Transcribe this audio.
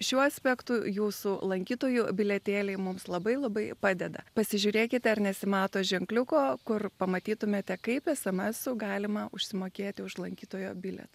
šiuo aspektu jūsų lankytojų bilietėliai mums labai labai padeda pasižiūrėkite ar nesimato ženkliuko kur pamatytumėte kaip esemesu su galima užsimokėti už lankytojo bilietą